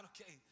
okay